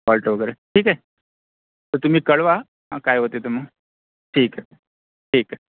halt वगैरे ठीक आहे तर तुम्ही कळवा काय होतं आहे ते मग ठीक आहे ठीक आहे